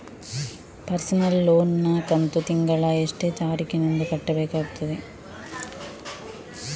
Personal loan ನ ಕಂತು ತಿಂಗಳ ಎಷ್ಟೇ ತಾರೀಕಿನಂದು ಕಟ್ಟಬೇಕಾಗುತ್ತದೆ?